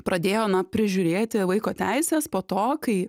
pradėjo na prižiūrėti vaiko teisės po to kai